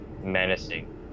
menacing